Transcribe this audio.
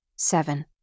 Seven